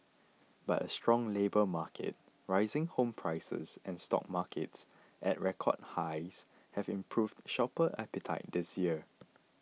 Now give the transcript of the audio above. but a strong labour market rising home prices and stock markets at record highs have improved shopper appetite this year